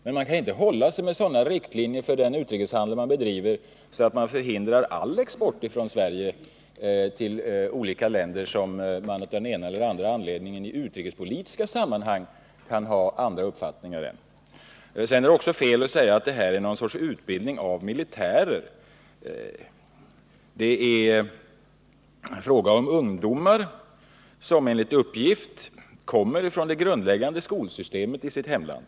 Men man kan inte hålla sig med sådana riktlinjer för den utrikeshandel man bedriver, att man förhindrar all export från Sverige till olika länder, som man av en eller annan anledning i utrikespolitiska sammanhang kan ha andra andra uppfattningar om. Det är också fel att säga att detta är någon sorts utbildning av militärer. Det är fråga om ungdomar som enligt uppgift kommer från det grundläggande skolsystemet i sitt hemland.